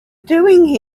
doing